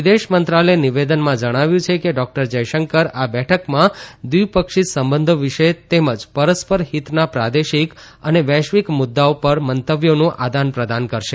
વિદેશ મંત્રાલયે નિવેદનમાં જણાવ્યું છે કે ડાક્ટર જયશંકર આ બેઠકમાં દ્વિપક્ષી સંબંધો વિષે તેમજ પરસ્પર હિતના પ્રાદેશિક અને વૈશ્વિક મ્દદાઓ પર મંતવ્યોનું આદાનપ્રદાન કરશે